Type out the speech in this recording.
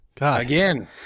again